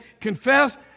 confess